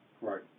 Right